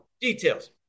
details